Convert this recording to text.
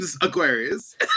Aquarius